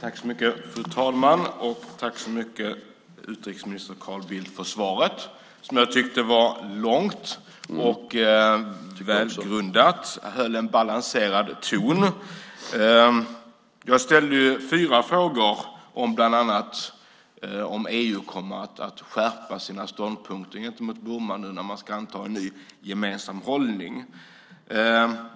Fru talman! Tack så mycket, utrikesminister Carl Bildt, för svaret! Jag tycker att det var långt och välgrundat och höll en balanserad ton. Jag ställde fyra frågor, bland annat om EU kommer att skärpa sin ståndpunkt mot Burma när man nu ska anta en ny gemensam hållning.